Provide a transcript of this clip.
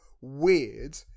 weird